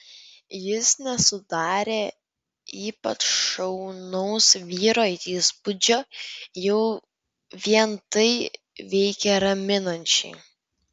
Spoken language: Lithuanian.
jis nesudarė ypač šaunaus vyro įspūdžio jau vien tai veikė raminančiai